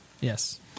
Yes